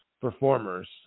performers